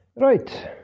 Right